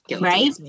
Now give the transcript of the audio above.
Right